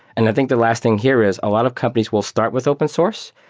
and i think the last thing here is a lot of companies will start with open source.